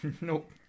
Nope